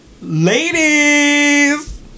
ladies